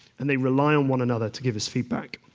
and they rely on one another to give us feedback.